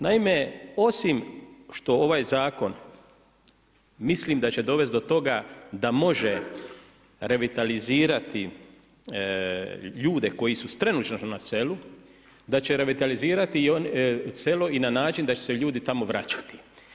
Naime, osim što ovaj zakon mislim da će dovest do toga da može revitalizirati ljude koji su trenutačno na selu da će revitalizirati selo na način da će se ljudi tamo vračati.